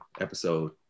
episode